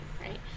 right